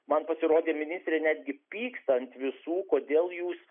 man pasirodė ministrė netgi pyksta ant visų kodėl jūs